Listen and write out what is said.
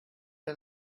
der